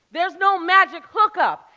there's no magic hook up.